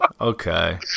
Okay